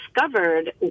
discovered